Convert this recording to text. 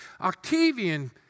Octavian